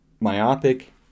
myopic